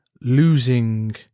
losing